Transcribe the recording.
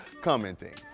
commenting